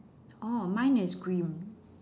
oh mine is green